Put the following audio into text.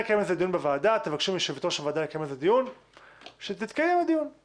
ראשי הרשויות והסגנים שעליהם היא חלה גם במועד המוקדם